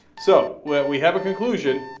so where we have a conclusion